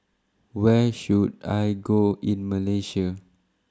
Where should I Go in Malaysia